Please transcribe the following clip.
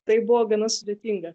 tai buvo gana sudėtinga